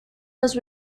was